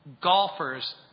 golfers